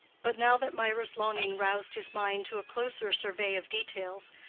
but now that mirah's longing roused his mind to a closer survey of details,